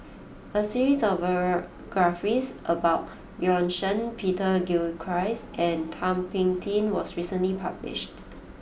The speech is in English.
a series of biographies about Bjorn Shen Peter Gilchrist and Thum Ping Tjin was recently published